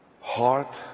heart